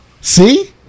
See